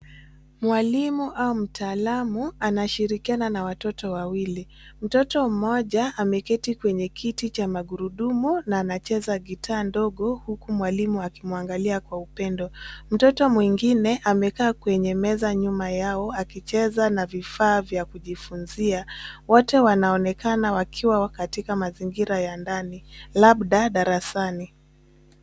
Mwalimu au mtaalamu anashirikiana na watoto wawili. Mtoto mmoja ameketi kwenye kiti cha magurudumu na anacheza gitaa huku mwalimu akimuangalia kwa upendo. Mtoto mwengine amekaa kwenye meza nyuma yao akicheza na vifaa vya kujifunzia. Wote wanaonekana wakiwa wakatika mazingira ya ndani, labda darasani.